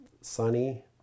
sunny